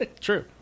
True